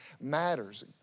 matters